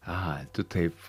a tu taip